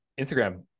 Instagram